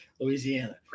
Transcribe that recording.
Louisiana